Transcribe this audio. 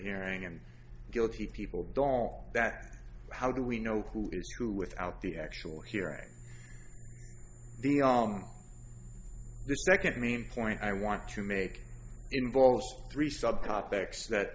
hearing and guilty people dong that how do we know who who without the actual hearing the all the second mean point i want to make involves three subtopics that